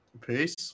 Peace